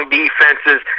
defenses